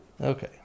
Okay